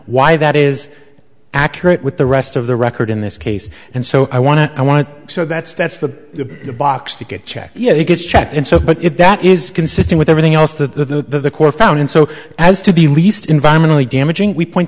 why that is accurate with the rest of the record in this case and so i want to i want to so that's that's the box to get checked yes it gets checked and so but if that is consistent with everything else to the court found and so as to the least environmentally damaging we point